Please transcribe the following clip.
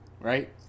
right